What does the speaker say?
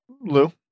Lou